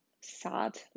sad